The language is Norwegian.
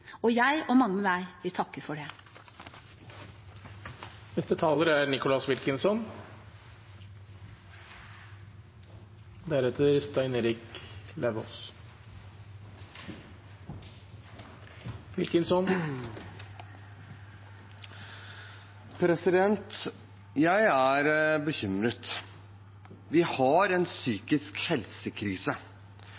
og jeg og mange med meg vil takke for det. Jeg er bekymret. Vi har en psykisk helsekrise. Koronapandemien har ført til en dobling av angstsymptomer og en